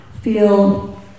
feel